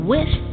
Wish